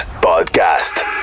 podcast